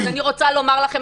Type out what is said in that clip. ואני רוצה לומר לכם,